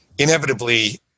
inevitably